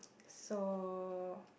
so